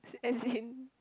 as in